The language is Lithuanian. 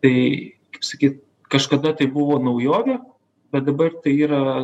tai sakyt kažkada tai buvo naujovė bet dabar tai yra